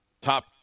top